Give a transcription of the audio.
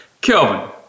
Kelvin